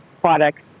products